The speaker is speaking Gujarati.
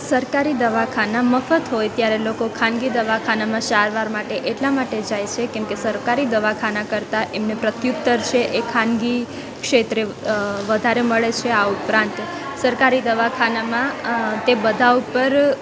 સરકારી દવાખાના મફત હોય ત્યારે લોકો ખાનગી દવાખાનામાં સારવાર માટે એટલા માટે જાય છે કેમ કે સરકારી સરકારી દવાખાના કરતાં એમને પ્રત્યુત્તર છે એ ખાનગી ક્ષેત્રે વધારે મળે છે આ ઉપરાંત સરકારી દવાખાનામાં તે બધા ઉપર